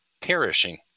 perishing